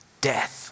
death